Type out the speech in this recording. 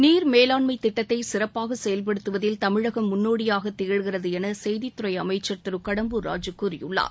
நீர் மேலாண்மை திட்டத்தை சிறப்பாக செயல்படுத்துவதில் தமிழகம் முன்னோடியாக திகழ்கிறது என செய்தித்துறை அமைச்சர் திரு கடம்பூர் ராஜு கூறியுள்ளார்